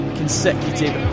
consecutive